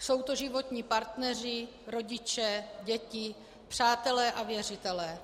Jsou to životní partneři, rodiče, děti, přátelé a věřitelé.